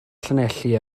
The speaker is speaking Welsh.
llanelli